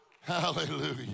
Hallelujah